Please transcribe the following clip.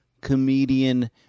comedian